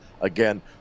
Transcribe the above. Again